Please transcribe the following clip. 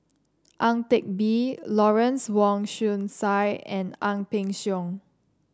Ang Teck Bee Lawrence Wong Shyun Tsai and Ang Peng Siong